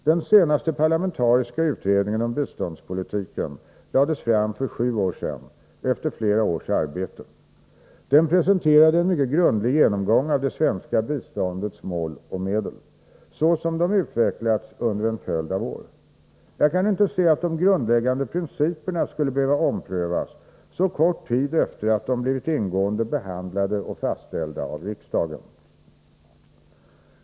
Den senaste parlamentariska utredningen om biståndspolitiken lades fram för sju år sedan, efter flera års arbete. Den presenterade en mycket grundlig genomgång av det svenska biståndets mål och medel, så som de utvecklats under en följd av år. Jag kan inte se att de grundläggande principerna skulle behöva omprövas så kort tid efter det att de blivit ingående behandlade och fastställda av riksdagen.